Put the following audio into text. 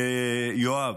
יואב,